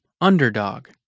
Underdog